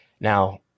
Now